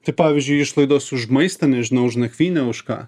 tai pavyzdžiui išlaidos už maistą nežinau už nakvynę už ką